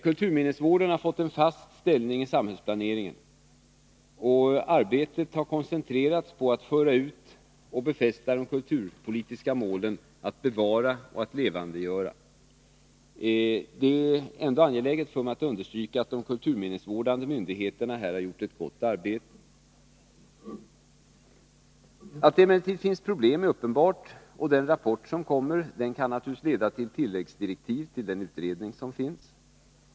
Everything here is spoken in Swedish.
Kulturminnesvården har fått en fast ställning i samhällsplaneringen, och arbetet har koncentrerats på att föra ut och befästa de kulturpolitiska målen att bevara och levandegöra. Det är angeläget för mig att understryka att de kulturminnesvårdande myndigheterna här har gjort ett gott arbete. Att det emellertid finns problem är uppenbart. Den rapport som kommer kan naturligtvis leda till tilläggsdirektiv till den utredning som finns.